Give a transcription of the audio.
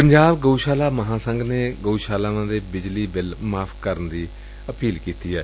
ਪੰਜਾਬ ਗਉਸ਼ਾਲਾ ਮਹਾਂਸੰਘ ਨੇ ਗਊਸ਼ਾਲਾਵਾਂ ਦੇ ਬਿਜਲੀ ਬਿੱਲ ਮਾਫ਼ ਕਰਨ ਦੀ ਅਪੀਲ ਕੀਤੀ ਏ